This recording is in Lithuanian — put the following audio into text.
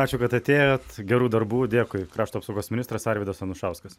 ačiū kad atėjot gerų darbų dėkui krašto apsaugos ministras arvydas anušauskas